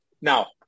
Now